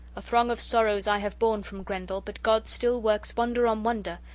a throng of sorrows i have borne from grendel but god still works wonder on wonder,